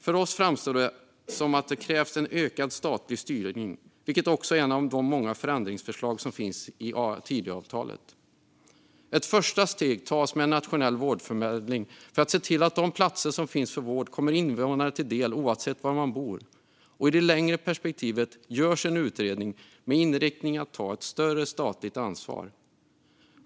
För oss framstår det som att det krävs en ökad statlig styrning, vilket också är ett av de många förändringsförslag som finns i Tidöavtalet. Ett första steg tas med en nationell vårdförmedling för att se till att de platser som finns för vård kommer invånare till del oavsett var de bor. I det längre perspektivet görs en utredning med inriktning att ta ett större statligt ansvar.